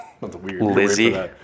Lizzie